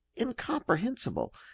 incomprehensible